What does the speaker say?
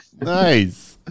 nice